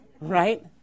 Right